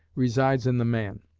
resides in the man